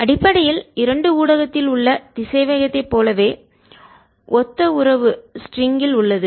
அடிப்படையில் இரண்டு ஊடகத்தில் உள்ள திசைவேகத்தை போலவே ஒத்த உறவு ஸ்ட்ரிங்கில் லேசான கயிறு உள்ளது